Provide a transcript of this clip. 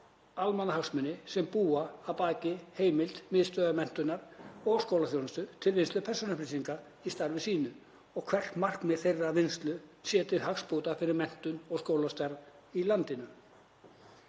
almannahagsmuni sem búa að baki heimild Miðstöðvar menntunar og skólaþjónustu til vinnslu persónuupplýsinga í starfi sínu og hvert markmið þeirrar vinnslu sé til hagsbóta fyrir menntun og skólastarf í landinu.